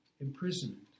imprisonment